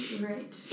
Right